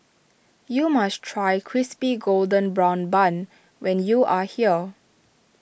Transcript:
you must try Crispy Golden Brown Bun when you are here